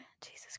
jesus